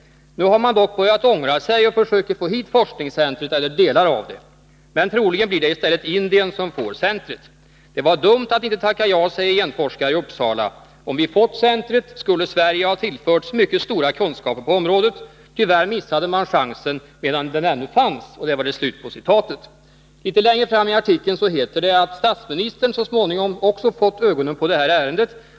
Nu har man dock börjat ångra sig och försöker få hit forskningscentret eller delar av det. Men troligen blir det i stället Indien som får centret. Det var dumt att inte tacka ja, säger genforskare i Uppsala. Om vi fått centret skulle Sverige ha tillförts mycket stora kunskaper på området. Tyvärr missade man chansen medan den ännu fanns.” Litet längre fram i artikeln heter det att också statsministern så småningom fått ögonen på det här ärendet.